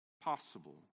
possible